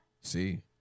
See